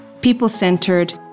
people-centered